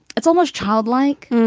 it's almost childlike.